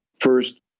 First